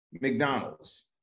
McDonald's